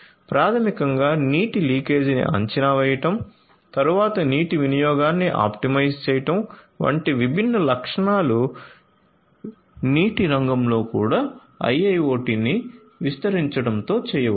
ప్రాథమికంగా నీటి లీకేజీని అంచనా వేయడం తరువాత నీటి వినియోగాన్ని ఆప్టిమైజ్ చేయడం వంటి విభిన్న లక్షణాలు నీటి రంగంలో కూడా IIoT ని విస్తరించడంతో చేయవచ్చు